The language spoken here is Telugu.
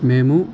మేము